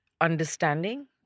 understanding